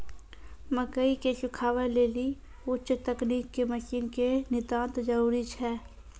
मकई के सुखावे लेली उच्च तकनीक के मसीन के नितांत जरूरी छैय?